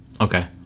Okay